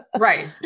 Right